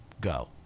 Go